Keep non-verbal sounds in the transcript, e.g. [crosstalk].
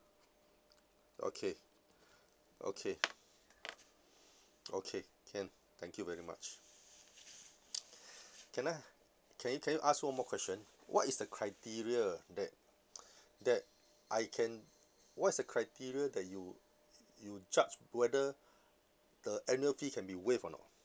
okay okay okay can thank you very much [noise] can I can you can you ask one more question what is the criteria that that I can what is the criteria that you you judge whether the annual fee can be waived or not